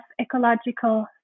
ecological